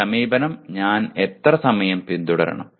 ഈ സമീപനം ഞാൻ എത്ര സമയം പിന്തുടരണം